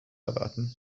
erwarten